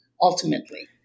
ultimately